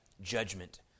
judgment